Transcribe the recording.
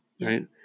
right